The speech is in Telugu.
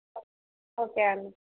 ఓకే అండి